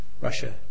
Russia